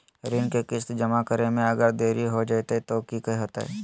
ऋण के किस्त जमा करे में अगर देरी हो जैतै तो कि होतैय?